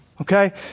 Okay